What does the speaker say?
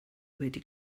wedi